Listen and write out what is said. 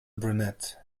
brunette